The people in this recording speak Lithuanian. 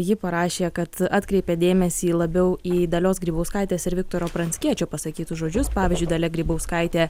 ji parašė kad atkreipia dėmesį labiau į dalios grybauskaitės ir viktoro pranckiečio pasakytus žodžius pavyzdžiui dalia grybauskaitė